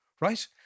right